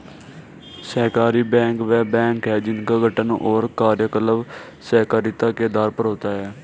सहकारी बैंक वे बैंक हैं जिनका गठन और कार्यकलाप सहकारिता के आधार पर होता है